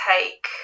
take